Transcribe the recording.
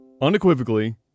unequivocally